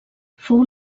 fou